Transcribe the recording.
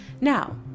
Now